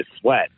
sweat